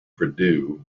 prideaux